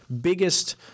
biggest –